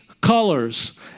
colors